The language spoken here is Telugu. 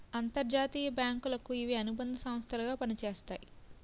అంతర్జాతీయ బ్యాంకులకు ఇవి అనుబంధ సంస్థలు గా పనిచేస్తాయి